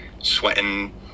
sweating